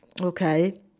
Okay